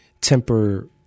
temper